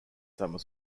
summer